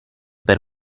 per